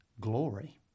glory